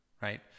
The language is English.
right